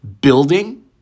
building